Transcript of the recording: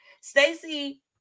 Stacey